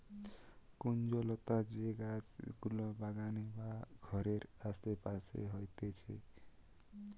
কুঞ্জলতা যে গাছ গুলা বাগানে বা ঘরের আসে পাশে হতিছে